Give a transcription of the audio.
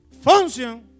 function